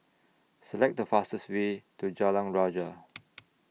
Select The fastest Way to Jalan Rajah